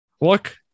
look